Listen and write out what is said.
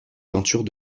peintures